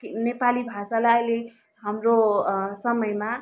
नेपाली भाषालाई अहिले हाम्रो समयमा